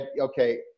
okay